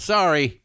Sorry